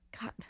god